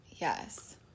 Yes